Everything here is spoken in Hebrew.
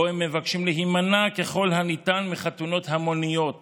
שבו הם מבקשים להימנע ככל הניתן מחתונות המוניות